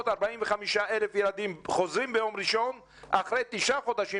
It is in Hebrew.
345,000 ילדים חוזרים ביום ראשון אחרי תשעה חודשים